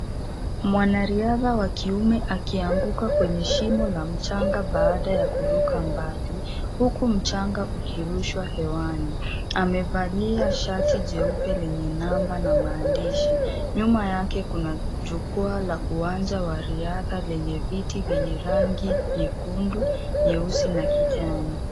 Mwanariadha wa kiume akianguka kwenye shimo la mchanga baada ya kuruka mbali, huku mchanga ukirushwa hewani. Amevalia shati jeupe lenye namba na maandishi. Nyuma yake kuna jukwaa la uwanja wa riadha lenye viti vyenye rangi nyekundu, nyeusi na kijani.